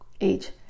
age